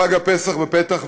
חג הפסח בפתח,